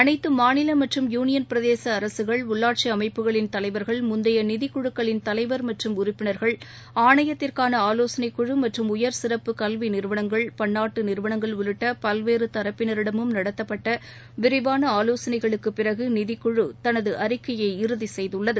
அனைத்து மாநில மற்றும் யூளியன் பிரதேச அரசுகள் உள்ளாட்சி அமைப்புகளின் தலைவர்கள் முந்தைய நிதிக்குழுக்களின் தலைவர் மற்றும் உறுப்பினர்கள் ஆணையத்திற்கான ஆலோசனை குழு மற்றும் உயர் சிறப்பு கல்வி நிறுவனங்கள் பன்னாட்டு நிறுவனங்கள் உள்ளிட்ட பல்வேறு தரப்பினரிடமும் நடத்தப்பட்ட விரிவான ஆலோசனைகளுக்குப் பிறகு நிதிக்குழு தனது அறிக்கையை இறுதி செய்துள்ளது